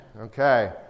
Okay